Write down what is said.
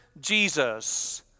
Jesus